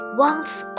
wants